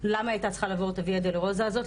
למה היא הייתה צריכה לעבור את הויה דולורוזה הזאת,